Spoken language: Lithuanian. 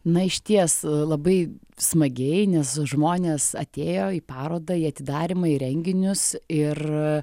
na išties labai smagiai nes žmonės atėjo į parodą į atidarymą į renginius ir